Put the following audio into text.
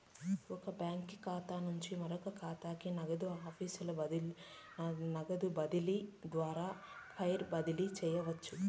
ఒక బాంకీ ఖాతా నుంచి మరో కాతాకి, నగదు ఆఫీసుల నగదు బదిలీ ద్వారా వైర్ బదిలీ చేయవచ్చు